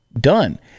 done